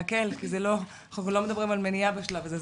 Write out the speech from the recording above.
כי אנחנו לא מדברים על מניעה בשלב הזה,